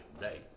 today